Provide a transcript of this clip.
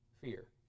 fear